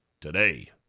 today